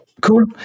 Cool